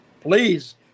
Please